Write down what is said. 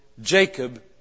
Jacob